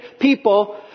people